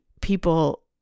people